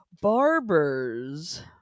barbers